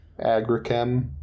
agrichem